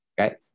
Okay